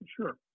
Sure